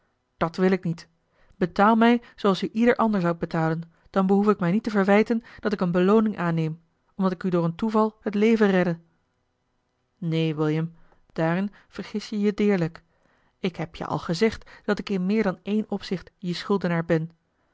dat wil ik niet betaal mij zooals u ieder ander zoudt betalen dan behoef ik mij niet te verwijten dat ik eene belooning aanneem omdat ik u door een toeval het leven redde neen william daarin vergis je je deerlijk ik heb je al gezegd dat ik in meer dan één opzicht je schuldenaar ben